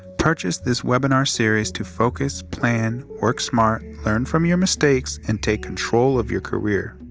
purchase this webinar series to focus, plan, work smart, learn from your mistakes, and take control of your career.